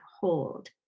hold